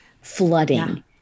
flooding